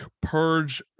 purge